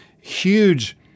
huge